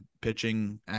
pitching